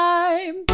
time